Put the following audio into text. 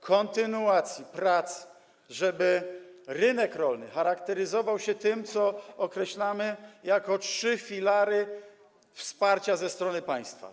kontynuacji prac, tak żeby rynek rolny charakteryzował się tym, co określamy jako trzy filary wsparcia ze strony państwa.